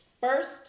first